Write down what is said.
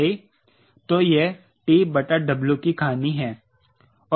तो यह TW की कहानी है